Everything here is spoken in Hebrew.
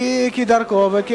כדרכו.